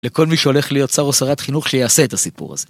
לכל מי שהולך להיות שר או שרת חינוך שיעשה את הסיפור הזה.